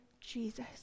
Jesus